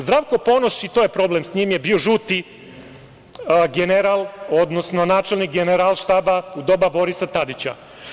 Zdravko Ponoš, i to je problem, s njim je bio žuti general, odnosno načelnik Generalštaba u doba Borisa Tadića.